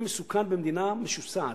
כלי מסוכן במדינה משוסעת.